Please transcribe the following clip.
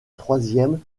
troisième